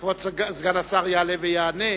כבוד סגן השר יעלה ויענה,